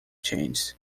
changed